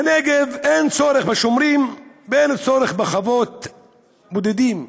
בנגב אין צורך בשומרים, ואין צורך בחוות בודדים.